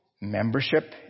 Membership